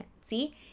See